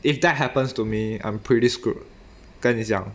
if that happens to me I'm pretty screwed 跟你讲